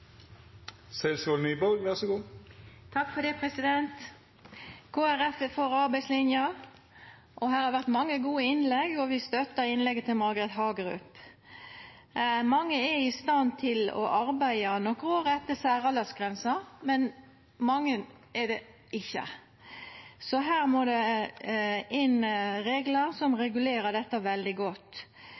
for arbeidslina. Det har vore mange gode innlegg, og vi støttar innlegget til Margret Hagerup. Mange er i stand til å arbeida nokre år etter særaldersgrensa, men andre er det ikkje. Her må det inn reglar som regulerer dette veldig godt.